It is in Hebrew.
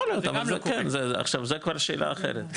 יכול להיות, אבל זה כבר שאלה אחרת.